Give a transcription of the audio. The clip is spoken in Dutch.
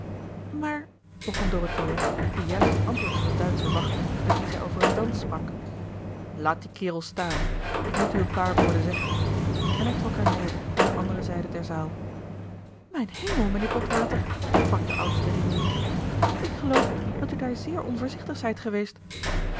maar begon dorothea die juist een antwoord van den duitscher wachtte met wien zij over een dans sprak laat dien kerel staan ik moet u een paar woorden zeggen en hij trok haar mede naar de andere zijde der zaal mijn hemel mijnheer botwater sprak de oudste rimini ik geloof dat u daar zeer onvoorzichtig zijt geweest